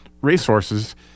resources